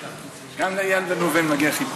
גם לאיל בן ראובן מגיע חיבוק.